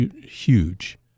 huge